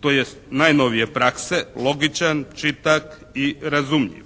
tj. najnovije prakse, logičan, čitak i razumljiv.